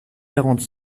quarante